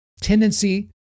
tendency